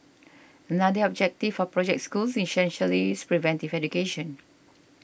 another objective of Project Schools essentially is preventive education